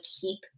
keep